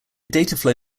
dataflow